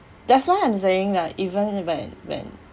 that's why I'm saying that even when when